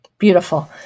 Beautiful